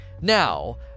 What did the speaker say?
now